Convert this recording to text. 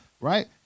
Right